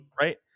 right